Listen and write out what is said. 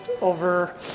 over